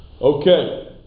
Okay